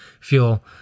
feel